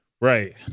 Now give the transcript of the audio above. Right